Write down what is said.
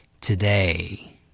Today